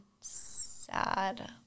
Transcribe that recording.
sad